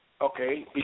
Okay